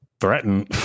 Threaten